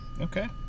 Okay